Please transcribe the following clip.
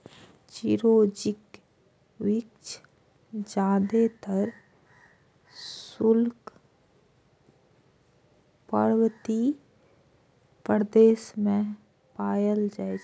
चिरौंजीक वृक्ष जादेतर शुष्क पर्वतीय प्रदेश मे पाएल जाइ छै